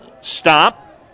stop